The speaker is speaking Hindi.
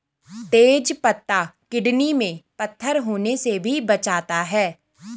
तेज पत्ता किडनी में पत्थर होने से भी बचाता है